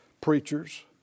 preachers